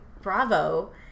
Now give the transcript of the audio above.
Bravo